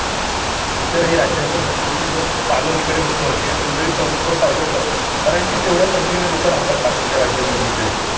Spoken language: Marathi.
इतरही राज्यांच्या संस्कृतीचं पालन इकडे होतं त्यांचे त्यांचे सणउत्सव साजरे होतात कारण की तेवढ्या संख्येने लोकं राहतात बाकीच्या राज्यांमधली इकडे